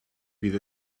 bydd